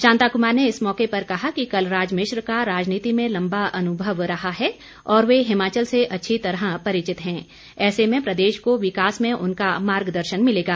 शांता कुमार ने इस मौके पर कहा कि कलराज मिश्र का राजनीति में लम्बा अुनभव रहा है और वे हिमाचल से अच्छी तरह परिचित हैं ऐसे में प्रदेश को विकास में उनका मार्गदर्शन मिलेगा